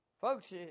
Folks